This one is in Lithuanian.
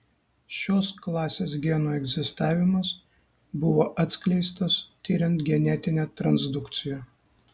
šios klasės genų egzistavimas buvo atskleistas tiriant genetinę transdukciją